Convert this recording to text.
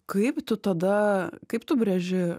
kaip tu tada kaip tu brėži